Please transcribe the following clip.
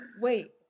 Wait